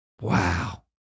wow